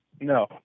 No